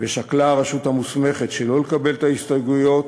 ושקלה הרשות המוסמכת שלא לקבל את ההסתייגויות